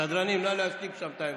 סדרנים, נא להשתיק שם את העמדה.